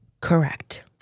Correct